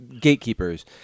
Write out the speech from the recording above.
gatekeepers